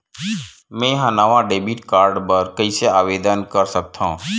मेंहा नवा debit card बर कैसे आवेदन कर सकथव?